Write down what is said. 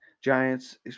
Giants